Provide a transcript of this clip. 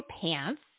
pants